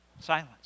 Silence